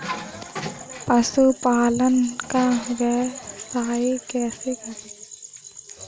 पशुपालन का व्यवसाय कैसे करें?